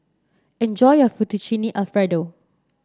enjoy your Fettuccine Alfredo